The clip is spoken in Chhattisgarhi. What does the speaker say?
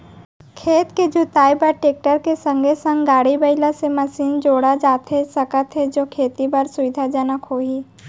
खेत के जुताई बर टेकटर के संगे संग कोन कोन से मशीन जोड़ा जाथे सकत हे जो खेती म सुविधाजनक होही?